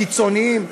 קיצוניים,